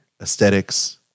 aesthetics